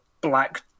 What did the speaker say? black